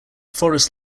forest